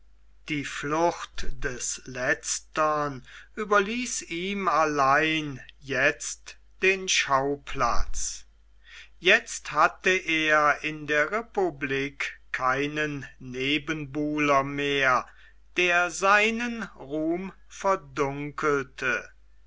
die flucht des letztern überließ ihm allein jetzt den schauplatz jetzt hatte er in der republik keinen nebenbuhler mehr der seinen ruhm verdunkelte